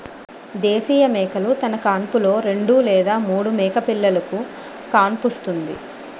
దేశీయ మేకలు తన కాన్పులో రెండు లేదా మూడు మేకపిల్లలుకు కాన్పుస్తుంది